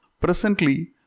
presently